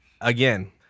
Again